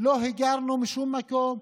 לא היגרנו משם מקום,